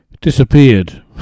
Disappeared